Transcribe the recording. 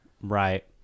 right